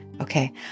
Okay